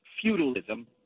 feudalism